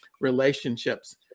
relationships